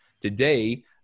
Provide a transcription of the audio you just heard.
Today